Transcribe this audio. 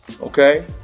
Okay